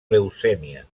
leucèmia